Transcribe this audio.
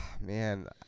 Man